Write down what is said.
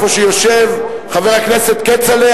במקום שיושב חבר הכנסת כצל'ה,